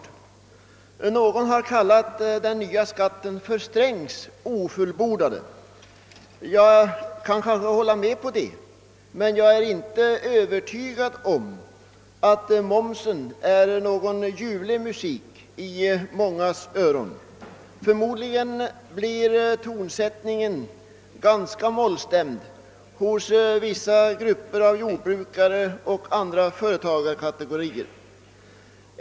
Någon har kallat den nya skatten för Strängs ofullbordade, och jag kan instämma i det omdömet, men jag är inte övertygad om att momsen är någon ljuvlig musik i allas öron. Förmodligen blir tonsättningen ganska mollstämd hos vissa grupper av jordbrukare och andra företagarkategorier.